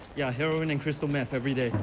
yeah, heroin and crystal meth everyday.